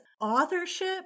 authorship